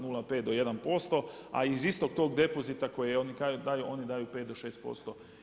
Nula pet do jedan posto, a iz istog tog depozita koji oni daju pet do šest posto.